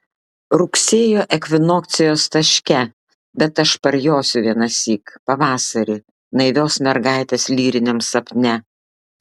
rugsėjo ekvinokcijos taške bet aš parjosiu vienąsyk pavasarį naivios mergaitės lyriniam sapne